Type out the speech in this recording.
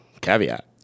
caveat